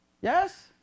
Yes